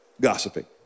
gossiping